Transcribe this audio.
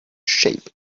shape